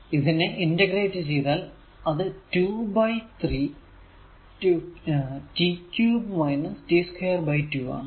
ഇതിനെ ഇന്റഗ്രേറ്റ് ചെയ്താൽ അത് 2 ബൈ 3 t 3 t 2 ബൈ 2 ആണ്